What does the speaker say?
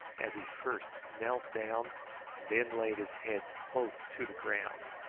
as he first knelt down then laid his head close to the ground.